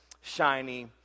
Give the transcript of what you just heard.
shiny